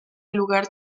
lugar